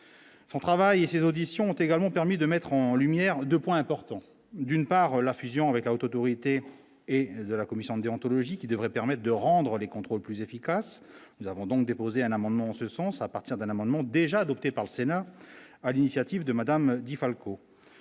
Pour travailler ces auditions ont également permis de mettre en lumière 2 points importants : d'une part, la fusion avec la Haute autorité et de la commission déontologique qui devrait permettent de rendre les contrôles plus efficaces, nous avons donc déposé un amendement en ce sens à partir d'un amendement, déjà adopté par le Sénat, à l'initiative de Madame Di Falco,